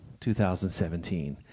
2017